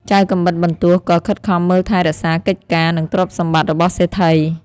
ចៅកាំបិតបន្ទោះក៏ខិតខំមើលថែរក្សាកិច្ចការ និងទ្រព្យសម្បត្តិរបស់សេដ្ឋី។